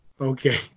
Okay